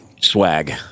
swag